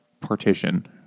partition